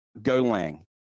Golang